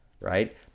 Right